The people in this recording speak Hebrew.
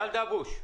גל דבוש,